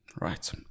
Right